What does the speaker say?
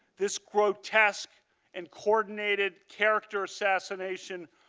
this grotesque and coordinated character assassination,